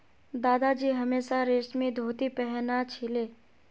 दादाजी हमेशा रेशमी धोती पह न छिले